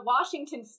Washington